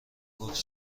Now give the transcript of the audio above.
گفت